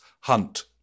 Hunt